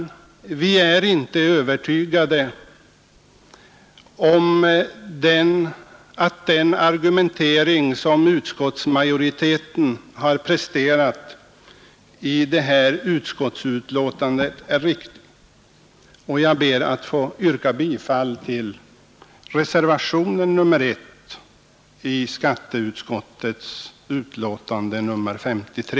Jag är inte övertygad om att den argumentering som utskottsmajoriteten har presterat i detta utskottsbetänkande är riktig. Jag ber att få yrka bifall till reservationen 1 vid skatteutskottets betänkande nr 53.